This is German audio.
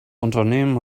unternehmen